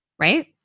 right